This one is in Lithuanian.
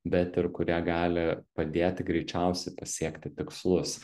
bet ir kurie gali padėti greičiausiai pasiekti tikslus